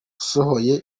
asohoye